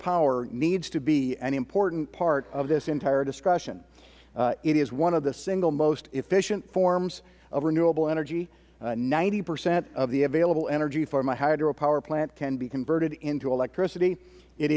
hydropower needs to be an important part of this entire discussion it is one of the single most efficient forms of renewable energy ninety percent of the available energy from a hydro power plant can be converted into electricity it